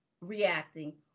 reacting